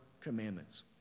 commandments